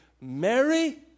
Mary